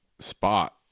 spot